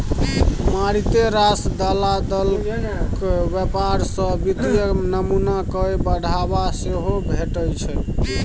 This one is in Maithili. मारिते रास दलालक व्यवहार सँ वित्तीय नमूना कए बढ़ावा सेहो भेटै छै